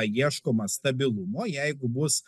ieškoma stabilumo jeigu bus